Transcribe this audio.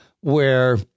where-